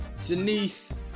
Janice